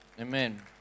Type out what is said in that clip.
amen